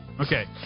Okay